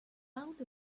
out